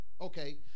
Okay